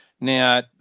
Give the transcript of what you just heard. Now